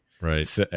Right